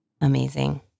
Amazing